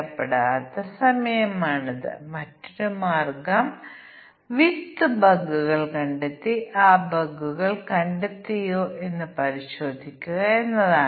പലിശ നിരക്കും ഡൌൺ പേയ്മെന്റും മാസവും പേയ്മെന്റ് ആവൃത്തിയും മറ്റും പറയുക അപ്പോൾ ഞങ്ങൾ എല്ലാ ബഗുകളും കണ്ടെത്തുമായിരുന്നു